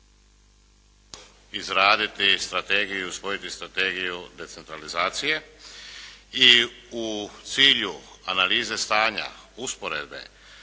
izraditi strategiju i usvojiti strategiju decentralizacije i u cilju analize stanja usporedbe